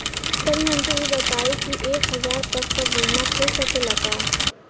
तनि हमके इ बताईं की एक हजार तक क बीमा खुल सकेला का?